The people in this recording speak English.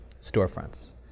storefronts